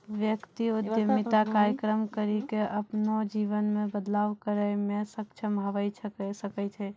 व्यक्ति उद्यमिता कार्यक्रम करी के अपनो जीवन मे बदलाव करै मे सक्षम हवै सकै छै